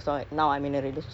!aww!